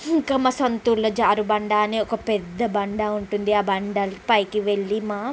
ఇంక మా సొంతూరులో జారుబండ అని ఒక పెద్ద బండ ఉంటుంది ఆ బండ పైకి వెళ్లి మా